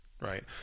right